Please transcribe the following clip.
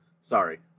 Sorry